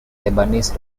lebanese